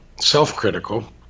self-critical